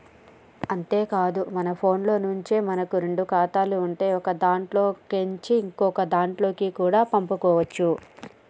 అంతేకాదు మన ఫోన్లో నుంచే మనకు రెండు ఖాతాలు ఉంటే ఒకదాంట్లో కేంచి ఇంకోదాంట్లకి కూడా పంపుకోవచ్చు